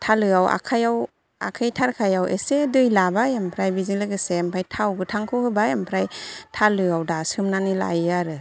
थालोआव आखाइआव आखाइ थारखायाव एसे दै लाबाय ओमफ्राय बेजों लोगोसे ओमफ्राय थाव गोथांखौ होबाय ओमफ्राय थालोआव दासोमनानै लायो आरो